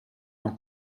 non